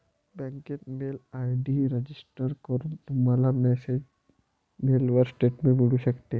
बँकेत mail ID register करून, तुम्हाला मेलवर स्टेटमेंट मिळू शकते